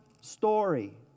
story